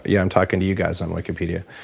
yeah, i'm talking to you guys on wikipedia.